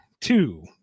two